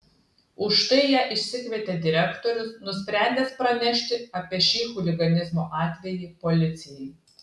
už tai ją išsikvietė direktorius nusprendęs pranešti apie šį chuliganizmo atvejį policijai